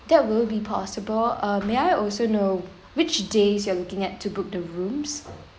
that will be possible uh may I also know which days you are looking at to book the rooms